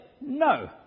No